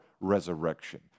resurrection